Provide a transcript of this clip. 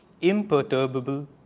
imperturbable